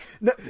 no